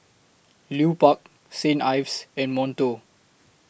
Lupark St Ives and Monto